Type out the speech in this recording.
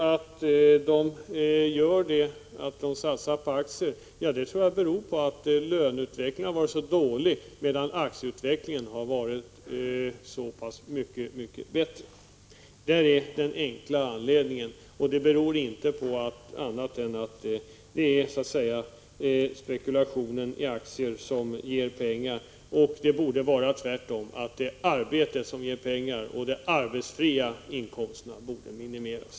Att arbetarna satsar på aktier tror jag beror på att löneutvecklingen har varit dålig, medan utvecklingen på aktiemarknaden varit så mycket bättre. Det är spekulation i aktier som ger pengar, men det borde vara tvärtom, så att arbetet ger pengar medan de arbetsfria inkomsterna minimeras.